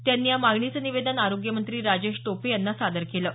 त्यांनी या मागणीचं निवेदन आरोग्यमंत्री राजेश टोपे यांना सादर केलं आहे